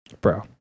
Bro